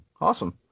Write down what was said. Awesome